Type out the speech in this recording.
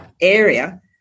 area